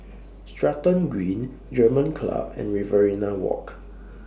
Stratton Green German Club and Riverina Walk